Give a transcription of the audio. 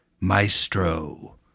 maestro